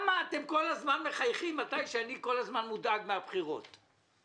אנחנו יודעים שמפעילים תחבורה ציבורית בשבת מאילת לשדה התעופה החדש.